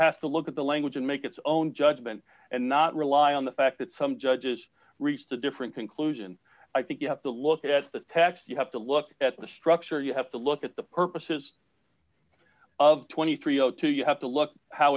has to look at the language and make its own judgment and not rely on the fact that some judges reached a different conclusion i think you have to look at the tax you have to look at the structure you have to look at the purposes of twenty three o two you have to look how